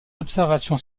observations